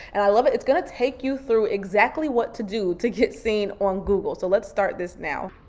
and i love it. it's gonna take you through exactly what to do to get seen on google. so let's start this now.